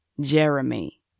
Jeremy